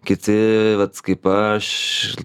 kiti vat kaip aš